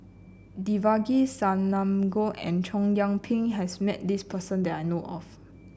Devagi Sanmugam and Chow Yian Ping has met this person that I know of